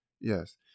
Yes